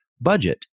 budget